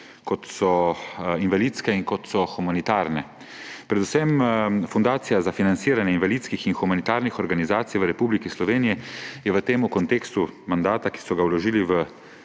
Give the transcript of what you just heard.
kot so invalidske in kot so humanitarne. Predvsem Fundacija za financiranje invalidskih in humanitarnih organizacij v Republiki Sloveniji je v tem kontekstu mandata, ki so ga vložili v